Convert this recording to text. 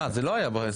אה, זה לא היה בהסדר?